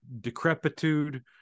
decrepitude